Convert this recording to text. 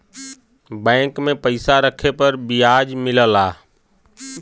bank में पइसा रखे पर बियाज मिलला